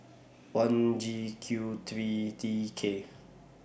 one G Q three T K